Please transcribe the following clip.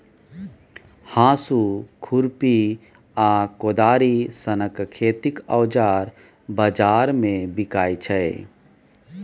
हाँसु, खुरपी आ कोदारि सनक खेतीक औजार बजार मे बिकाइ छै